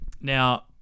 Now